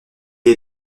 est